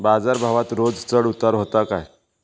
बाजार भावात रोज चढउतार व्हता काय?